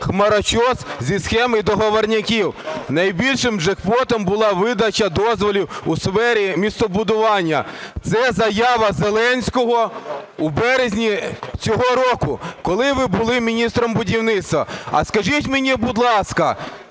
хмарочос зі схем і договорняків. Найбільшим джекпотом була видача дозволів у сфері містобудування". Це заява Зеленського у березні цього року, коли ви були міністром будівництва. А скажіть мені, будь ласка,